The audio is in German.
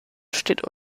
steht